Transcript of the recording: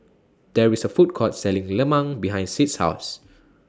There IS A Food Court Selling Lemang behind Sid's House